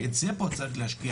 ואת זה פה צריך להשקיע,